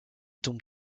tombe